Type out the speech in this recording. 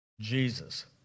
Jesus